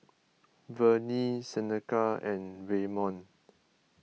Vernie Seneca and Waymon